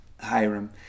Hiram